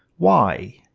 why?